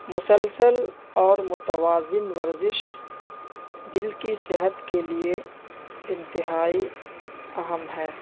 مسلسل اور متوازن ورزش دل کی صحت کے لیے انتہائی اہم ہے